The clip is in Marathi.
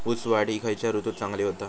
ऊस वाढ ही खयच्या ऋतूत चांगली होता?